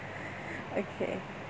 okay